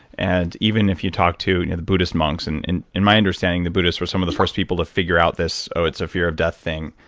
and even if you talk to you know buddhist monks, and in in my understanding, the buddhists were some of the first people to figure out this, oh, it's a fear of death thing.